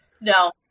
No